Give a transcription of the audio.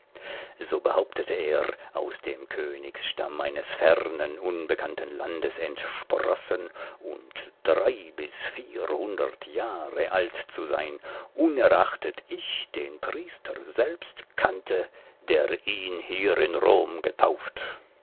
so behauptete er aus dem königsstamm eines fernen unbekannten landes entsprossen und drei bis vierhundert jahre alt zu sein unerachtet ich den priester selbst kannte der ihn hier in rom getauft